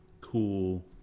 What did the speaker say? Cool